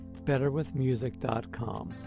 BetterWithMusic.com